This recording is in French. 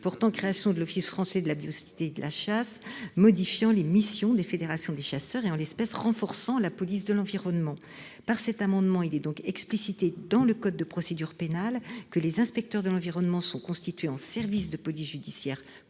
portant création de l'Office français de la biodiversité et de la chasse, modifiant les missions des fédérations des chasseurs et, en l'espèce, renforçant la police de l'environnement. Il tend à expliciter dans le code de procédure pénale que les inspecteurs de l'environnement sont constitués en service de police judiciaire